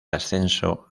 ascenso